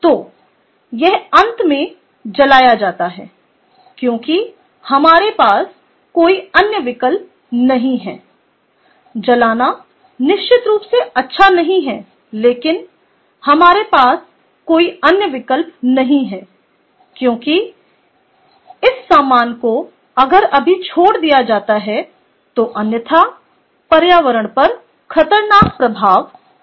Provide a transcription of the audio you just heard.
तो यह अंत में जलाया जाता है क्योंकि हमारे पास कोई अन्य विकल्प नहीं है जलाना निश्चित रूप से अच्छा नहीं है लेकिन हमारे पास कोई अन्य विकल्प नहीं है क्योंकि इस सामान को अगर अभी छोड़ दिया जाता है तो अन्यथा पर्यावरण पर खतरनाक प्रभाव पड़ता है